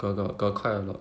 go~ got got quite a lot